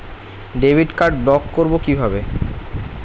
Debit card block করব কিভাবে?